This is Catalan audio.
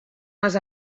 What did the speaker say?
les